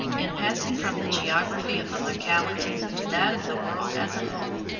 in passing from the geography of the locality to that of the world as a whole,